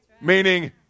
Meaning